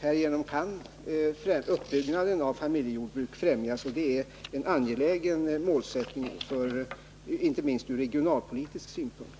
Härigenom kan uppbyggnaden av familjejordbruk stimuleras, och det är en angelägen målsättning, inte minst ur regionalpolitisk synpunkt.